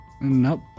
Nope